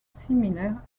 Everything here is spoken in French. similaire